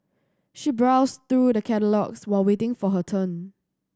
she browsed through the catalogues while waiting for her turn